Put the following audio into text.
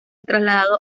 trasladado